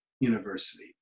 university